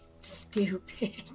Stupid